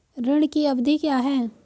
ऋण की अवधि क्या है?